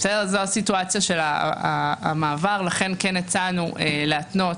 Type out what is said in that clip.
בגלל הסיטואציה של המעבר הצענו להתנות